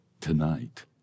tonight